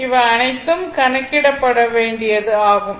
இவை அனைத்தும் கணக்கிட பட வேண்டியது ஆகும்